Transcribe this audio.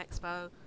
Expo